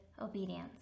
obedience